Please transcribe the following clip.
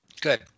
Good